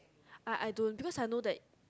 I I don't because I know that